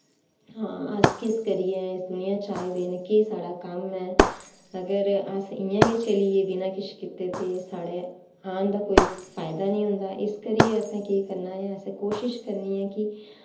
हां अस किश करियै इस दुनियां च आए दे न केह् साढ़ा कम्म ऐ अगर अस इयां गै चली गे बिना किश कीते दे साढ़े आन दा कोई फायदा नी होंदा इस करियै असैं केह् करना ऐ असैं कोशिश करनी ऐं कि